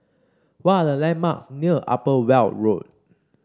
what are the landmarks near Upper Weld Road